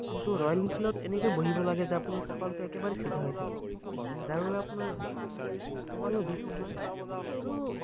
কিন্তু ৰয়েল এনফিলত আপোনাৰ এনেকে বহিব লাগে যে আপোনাৰ কঁকালটো একেবাৰে চিধা হৈ থাকে যাৰ বাবে আপোনাৰ কঁকালৰ বিষ নহয় আৰু